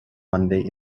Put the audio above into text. monday